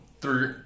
three